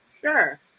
Sure